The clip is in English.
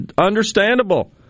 Understandable